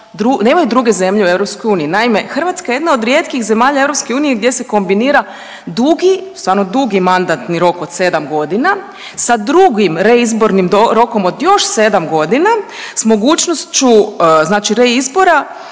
nemaju druge zemlje u EU. Naime, Hrvatska je jedna od rijetkih zemalja EU gdje se kombinira dugi, stvarno dugi mandatni rok od 7 godina sa drugim reizbornim rokom od još 7 godina s mogućnošću znači reizbora